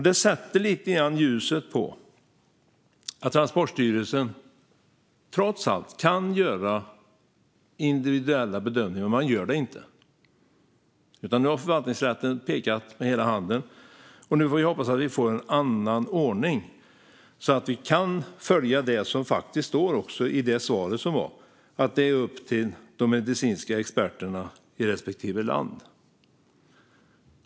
Det sätter lite grann ljuset på att Transportstyrelsen trots allt kan göra individuella bedömningar, men man gör det inte. Nu har förvaltningsrätten pekat med hela handen, och nu får vi hoppas att vi får en annan ordning så att vi kan följa det som faktiskt står i det svar som gavs: att det är upp till de medicinska experterna i respektive land.